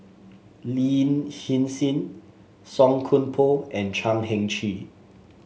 Lin Hsin Hsin Song Koon Poh and Chan Heng Chee